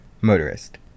Motorist